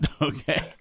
Okay